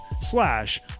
slash